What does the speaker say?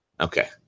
Okay